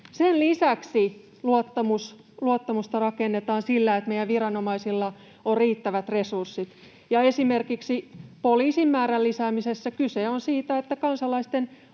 Sen lisäksi luottamusta rakennetaan sillä, että meidän viranomaisilla on riittävät resurssit, ja esimerkiksi poliisien määrän lisäämisessä kyse on siitä, että kansalaisten